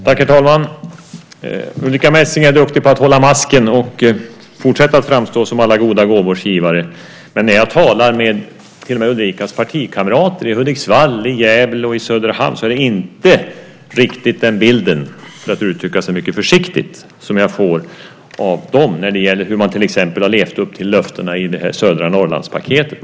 Herr talman! Ulrica Messing är duktig på att hålla masken och fortsätta att framstå som alla goda gåvors givare. Men när jag talar med Ulricas partikamrater i Hudiksvall, Gävle och Söderhamn är det inte riktigt den bilden - för att uttrycka mig försiktigt - som jag får av dem när det gäller hur man har levt upp till löftena i södra Norrlandspaketet.